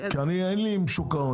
כי לי אין עם שוק ההון,